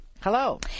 Hello